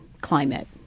climate